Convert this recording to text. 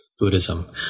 Buddhism